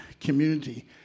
community